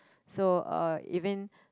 so um even